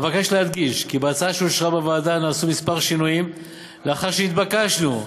אבקש להדגיש כי בהצעה שאושרה בוועדה נעשו כמה שינויים לאחר שהתבקשנו,